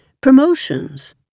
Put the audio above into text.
promotions